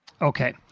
Okay